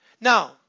Now